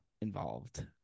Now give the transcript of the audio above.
involved